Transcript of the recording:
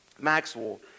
Maxwell